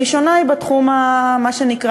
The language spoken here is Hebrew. הראשונה היא בתחום החברתי,